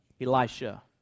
Elisha